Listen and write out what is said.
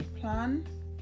plan